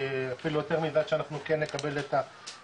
אפילו יותר מזה עד שאנחנו כן נקבל את התשובות,